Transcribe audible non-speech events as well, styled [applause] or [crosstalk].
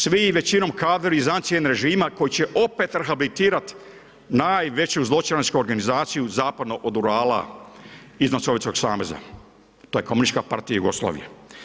Svi većinom kadrovi iz … [unintelligible] režima koji će opet rehabilitirati najveću zločinačku organizaciju zapadno od Urala iznad Sovjetskog saveza, to je komunistička partija Jugoslavije.